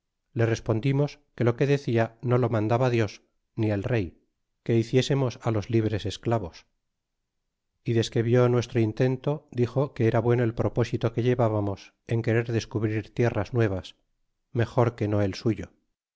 le respondimos que lo que decia no lo mandaba dios ni el rey que hiciesemos los libres esclavos y desque vi nuestro intento dixo que era bueno el propósito que llevabamos en querer descubrir tierras nuevas mejor que no el suyo